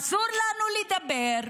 אסור לנו לדבר,